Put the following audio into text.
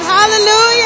Hallelujah